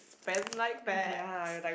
spend like that